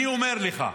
אני אומר לך,